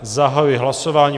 Zahajuji hlasování.